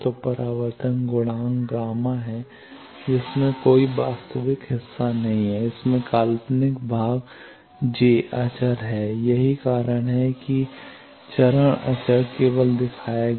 तो परावर्तन गुणांक गामा γ है जिसमें कोई वास्तविक हिस्सा नहीं है इसमें काल्पनिक भाग j अचर है यही कारण है कि चरण अचर केवल दिखाया गया है